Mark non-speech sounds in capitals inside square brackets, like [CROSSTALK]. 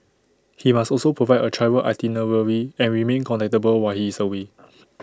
he must also provide A travel itinerary and remain contactable while he is away [NOISE]